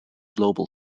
global